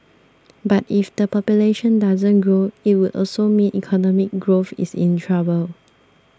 but if the population doesn't grow it would also mean economic growth is in trouble